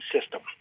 system